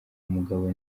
umugabo